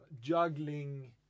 juggling